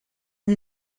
sie